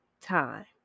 time